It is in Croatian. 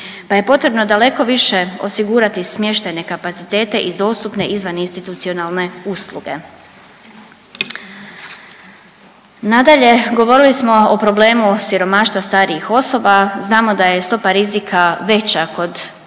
pa je potrebno daleko više osigurati smještajne kapacitete i dostupne izvaninstitucionalne usluge. Nadalje, govorili smo o problemu siromaštva starijih osoba znamo da je stopa rizika veća kod ove